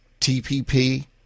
TPP